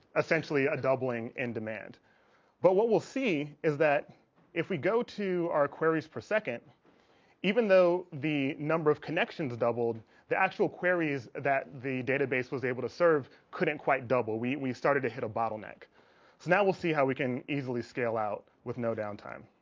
essentially a doubling in demand but what we'll see is that if we go to our queries per second even though the number of connections doubled the actual queries that the database was able to serve couldn't quite double we started to hit a bottleneck so now we'll see how we can easily scale out with no downtime